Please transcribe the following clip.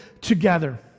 together